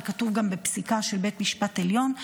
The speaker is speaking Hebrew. זה כתוב גם בפסיקה של בית המשפט העליון.